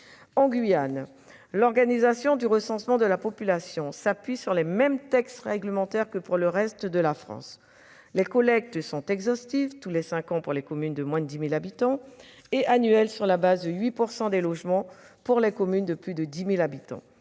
En Guyane, l'organisation du recensement de la population s'appuie sur les mêmes textes réglementaires que pour le reste de la France. Les collectes sont exhaustives tous les cinq ans pour les communes de moins de 10 000 habitants et annuelles, sur la base de 8 % des logements, pour les communes de plus de 10 000 habitants.